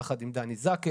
יחד עם דני זקן,